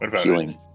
healing